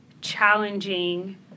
challenging